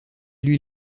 lui